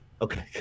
Okay